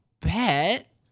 bet